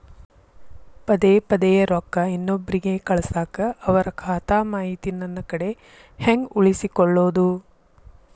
ಪದೆ ಪದೇ ರೊಕ್ಕ ಇನ್ನೊಬ್ರಿಗೆ ಕಳಸಾಕ್ ಅವರ ಖಾತಾ ಮಾಹಿತಿ ನನ್ನ ಕಡೆ ಹೆಂಗ್ ಉಳಿಸಿಕೊಳ್ಳೋದು?